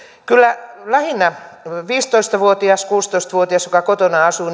kyllä lähinnä viisitoista vuotiaalle kuusitoista vuotiaalle joka kotona asuu